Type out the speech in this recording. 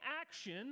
action